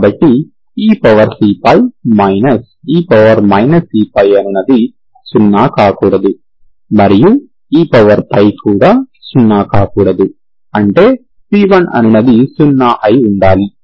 కాబట్టి ecπ e cπ అనునది 0 కాకూడదు మరియు e కూడా 0 కాకూడదు అంటే c1 అనునది 0 అయి ఉండాలి